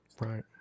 Right